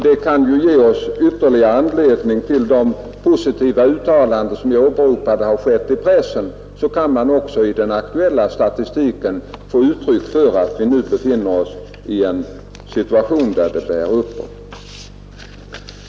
Det kan ge oss ytterligare anledning att tro på de positiva pressuttalanden, som jag åberopade. Också i statistiken kan vi alltså finna uttryck för att vi nu befinner oss i en situation där det bär uppåt.